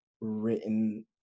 written